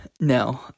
No